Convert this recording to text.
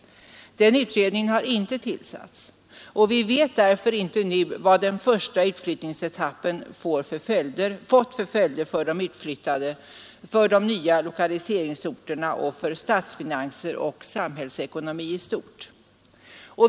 Någon sådan utredning har inte tillsatts, och vi vet därför inte nu vad den första utflyttningsetappen fått för följder för de utflyttade, för de nya lokaliseringsorterna, för statsfinanser och samhällsekonomi i stort.